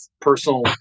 personal